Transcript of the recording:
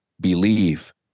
believe